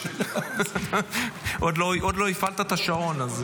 עוד לא הפעלת את השעון.